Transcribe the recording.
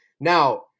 Now